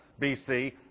BC